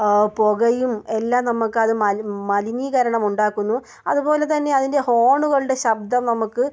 പുകയും എല്ലാം നമുക്ക് അത് മ മലിനീകരണമുണ്ടാക്കുന്നു അതുപോലെ തന്നെ അതിൻ്റെ ഹോണുകളുടെ ശബ്ദം നമുക്ക്